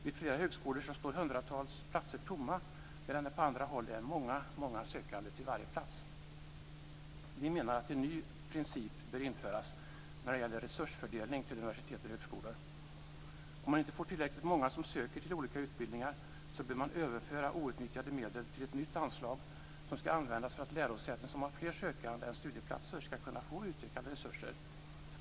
Vid flera högskolor står hundratals platser tomma, medan det på andra håll är många sökande till varje plats. Vi menar att en ny princip bör införas när det gäller resursfördelning till universitet och högskolor. Om man inte får tillräckligt många som söker till olika utbildningar bör man överföra outnyttjade medel till ett nytt anslag som ska användas för att lärosätten som har fler sökanden än studieplatser ska kunna få utökade resurser.